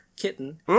Kitten